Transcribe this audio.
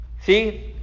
See